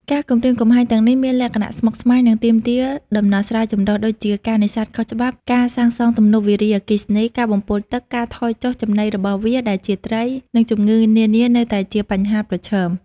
ការគំរាមកំហែងទាំងនេះមានលក្ខណៈស្មុគស្មាញ និងទាមទារដំណោះស្រាយចម្រុះ ដូចជា ការនេសាទខុសច្បាប់ ការសាងសង់ទំនប់វារីអគ្គិសនី ការបំពុលទឹក ការថយចុះចំណីរបស់វាដែលជាត្រី និងជំងឺនានានៅតែជាបញ្ហាប្រឈម។